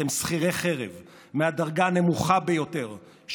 אתם שכירי חרב מהדרגה הנמוכה ביותר,